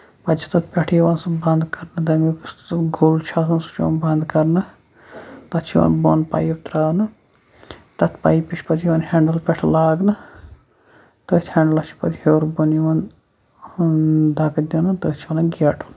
پَتہٕ چھُ تَتھ پٮ۪ٹھٕ یِوان سُہ بند کرنہٕ تَمیُک سُہ گوٚل چھُ آسان سُہ چھُ یِوان بَند کرنہٕ تَتھ چھِ یوان بۄن پایپ تراونہٕ تَتھ پایپہِ چھُ یِوان تَتھ ہینڈٔل لاگنہٕ تٔتھۍ ہینڈلَس چھِ پَتہٕ ہیور بۄن یِوان دَکہٕ دِنہٕ تٔتھۍ چھِ وَنان گیٹُن